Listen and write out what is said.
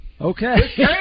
Okay